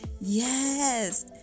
yes